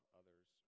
others